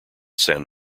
san